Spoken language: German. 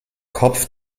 kopf